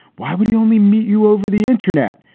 why would you only meet you over the internet?